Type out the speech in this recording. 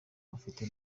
mufite